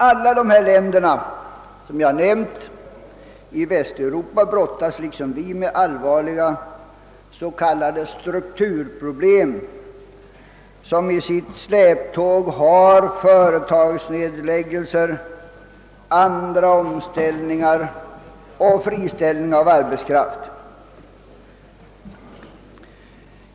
Alla de länder i Västeuropa som jag har nämnt brottas liksom vårt land med allvarliga s.k. strukturproblem som i sitt släptåg har företagsnedläggelser, andra omställningar och friställning av arbetskraft.